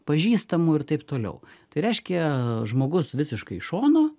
pažįstamų ir taip toliau tai reiškia žmogus visiškai iš šono